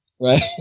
Right